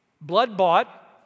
blood-bought